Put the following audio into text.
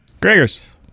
Gregors